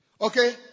Okay